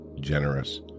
generous